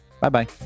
Bye-bye